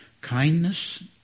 kindness